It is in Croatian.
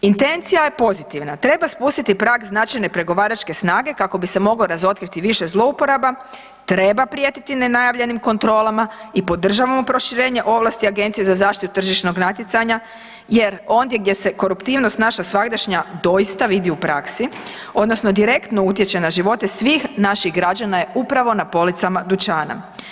Intencija je pozitivna, treba spustiti prag značajne pregovaračke snage kako bi se mogao razotkriti više zlouporaba, treba prijetiti nenajavljenim kontrolama i podržavamo proširenje ovlasti Agencije za zaštitu tržišnog natjecanja jer ondje gdje se koruptivnost naša svagdašnja doista vidi u praksi, odnosno direktno utječe na živote svih naših građana je upravo na policama dućana.